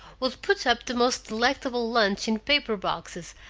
would put up the most delectable lunch in paper boxes,